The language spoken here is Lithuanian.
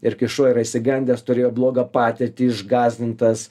ir kai šuo yra išsigandęs turėjo blogą patirtį išgąsdintas